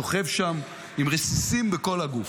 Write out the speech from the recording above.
הוא שוכב שם עם רסיסים בכל הגוף.